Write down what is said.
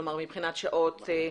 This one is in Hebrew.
מבחינת שעות?